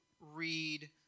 read